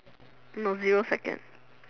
no zero seconds